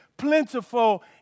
Plentiful